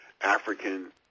African